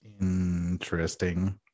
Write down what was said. interesting